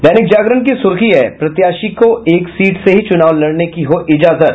दैनिक जागरण की सुर्खी है प्रत्याशी को एक सीट से ही चुनाव लड़ने की हो इजाजत